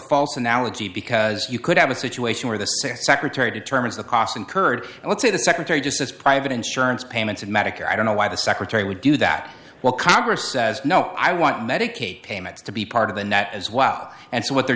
false analogy because you could have a situation where the secretary determines the cost incurred let's say the secretary just as private insurers payments of medicare i don't know why the secretary would do that while congress says no i want medicaid payments to be part of the nat as well and so what they're